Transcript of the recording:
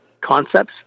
concepts